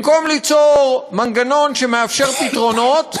במקום ליצור מנגנון שמאפשר פתרונות,